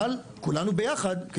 אבל כולנו ביחד,